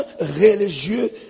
religieux